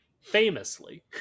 Famously